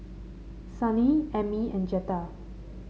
Sonny Emmy and Jetta